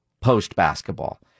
post-basketball